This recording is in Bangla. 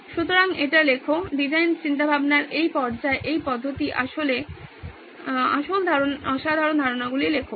সুতরাং এটা লিখুন ডিজাইন চিন্তাভাবনার এই পর্যায়ে এই পদ্ধতি আসল অসাধারণ ধারণাগুলি লিখুন